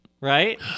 Right